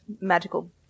magical